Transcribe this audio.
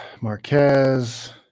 Marquez